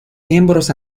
miembros